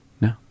No